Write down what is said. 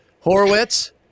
Horowitz